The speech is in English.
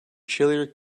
chillier